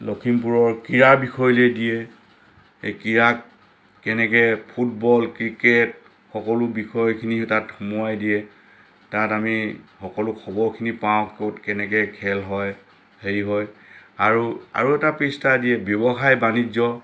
লখিমপুৰৰ ক্ৰীয়া বিষয়ক লৈ দিয়া এই ক্ৰীয়াক কেনেকৈ ফুটবল ক্ৰিকেট সকলো বিষয়খিনি তাত সোমোৱাই দিয়ে তাত আমি সকলো খবৰখিনি পাওঁ ক'ত কেনেকৈ খেল হয় হেৰি হয় আৰু আৰু এটা পৃষ্ঠা দিয়ে ব্যৱসায় বাণিজ্য